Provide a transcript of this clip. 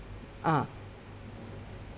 ah